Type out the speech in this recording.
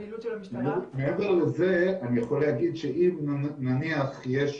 מעבר לזה אני יכול להגיד שאם נניח יש,